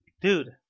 Dude